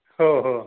हो हो